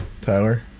Tyler